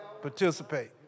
Participate